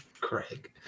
Craig